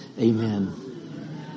Amen